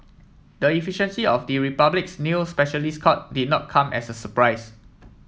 the efficiency of the Republic's new specialist court did not come as a surprise